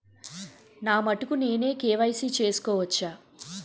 నా మటుకు నేనే కే.వై.సీ చేసుకోవచ్చా?